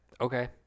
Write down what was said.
Okay